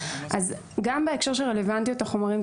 אז גם בהקשר של רלוונטיות החומרים,